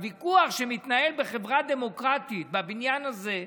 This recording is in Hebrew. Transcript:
הוויכוח שמתנהל בחברה דמוקרטית בבניין הזה,